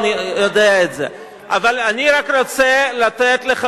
מה היית עושה בלי קדימה?